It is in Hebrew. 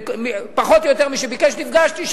פחות או יותר מי שביקש, נפגשתי.